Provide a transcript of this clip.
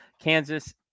Kansas